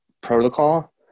protocol